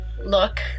look